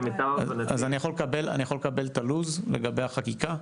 למיטב הבנתי --- אני יכול לקבל את הלו"ז לגבי החקיקה?